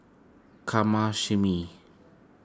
Kamashime